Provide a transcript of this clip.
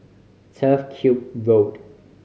Turf Ciub Road